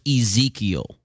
Ezekiel